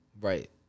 Right